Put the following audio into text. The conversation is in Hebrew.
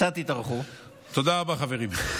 תודה רבה, חברים.